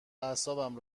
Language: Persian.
اعصاب